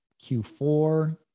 Q4